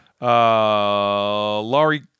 Laurie